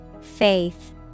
Faith